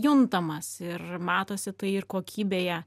juntamas ir matosi tai ir kokybėje